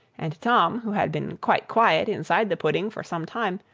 and tom, who had been quite quiet inside the pudding for some time,